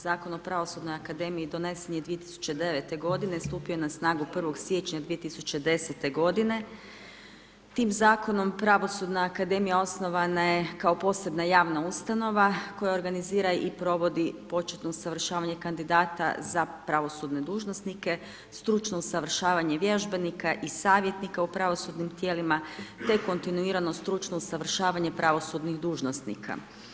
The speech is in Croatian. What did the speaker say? Zakon o Pravosudnoj akademiji donesen je 2009. godine, stupio je na snagu 1. siječnja 2010. godine, tim zakonom Pravosudna akademija osnovana je kao posebna javna ustanova koja organizira i provodi početno usavršavanje kandidata za pravosudne dužnosnike, stručno usavršavanje vježbenika i savjetnika u pravosudnim tijelima te kontinuirano stručno usavršavanje pravosudnih dužnosnika.